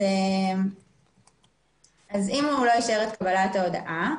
אם הוא לא אישר את קבלת ההודעה,